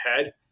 ahead